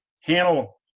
handle